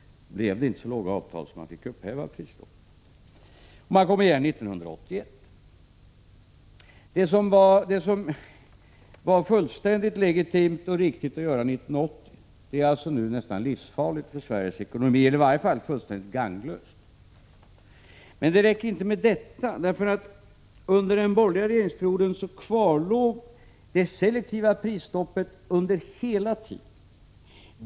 Nu blev det inte så låga avtal, så man fick upphäva prisstoppet. Man kom igen 1981. Det som var fullständigt legitimt och riktigt att göra 1980 är alltså nu nästan livsfarligt för Sveriges ekonomi eller i varje fall fullständigt gagnlöst. Men det räcker inte med detta. Under den borgerliga regeringsperioden kvarlåg det selektiva prisstoppet hela tiden.